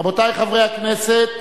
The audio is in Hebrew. רבותי חברי הכנסת,